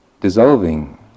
dissolving